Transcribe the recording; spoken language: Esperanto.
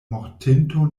mortinto